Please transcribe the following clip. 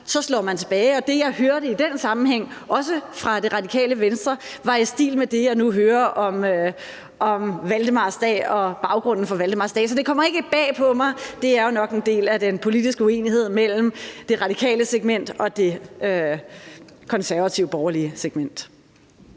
Så slår man tilbage, og det, jeg hørte i den sammenhæng, også fra Det Radikale Venstres side, var i stil med det, jeg nu hører om valdemarsdag og baggrunden for valdemarsdag. Så det kommer ikke bag på mig. Det er jo nok en del af den politiske uenighed mellem det radikale segment og det konservativt-borgerlige segment.